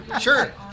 Sure